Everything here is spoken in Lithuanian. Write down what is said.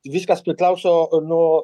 viskas priklauso nuo